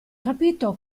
capito